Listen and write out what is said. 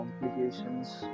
complications